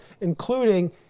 including